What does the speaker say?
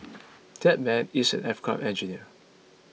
that man is an aircraft engineer